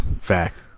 Fact